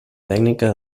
tècnica